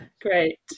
Great